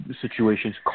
situations